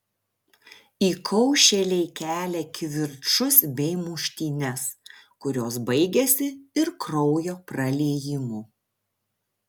įkaušėliai kelia kivirčus bei muštynes kurios baigiasi ir kraujo praliejimu